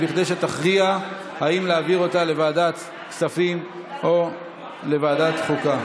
כדי שתכריע אם להעביר אותה לוועדת הכספים או לוועדת החוקה.